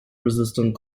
resistant